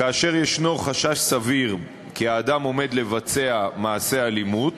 כאשר יש חשש סביר כי האדם עומד לבצע מעשה אלימות,